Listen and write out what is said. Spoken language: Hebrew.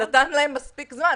נתנו להם מספיק זמן.